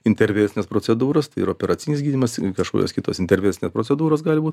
intervencines procedūras tai operacinis gydymas kažkokios kitos intervencinės procedūros gali būt